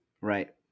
Right